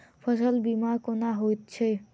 फसल बीमा कोना होइत छै?